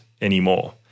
anymore